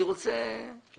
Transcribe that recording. את